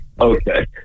Okay